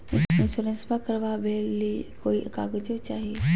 इंसोरेंसबा करबा बे ली कोई कागजों चाही?